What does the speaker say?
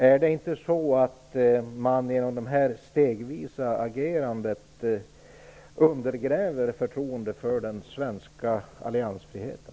Är det inte så att man genom det här stegvisa agerandet undergräver förtroendet för den svenska alliansfriheten?